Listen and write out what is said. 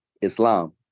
Islam